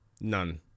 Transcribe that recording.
None